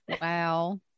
Wow